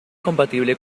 compatible